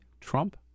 Trump